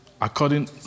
according